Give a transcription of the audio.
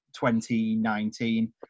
2019